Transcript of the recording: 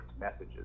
messages